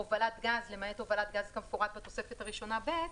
הובלת גז למעט הובלת גז כמפורט בתוספת הראשונה ב'.